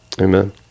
Amen